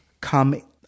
come